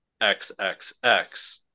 XXX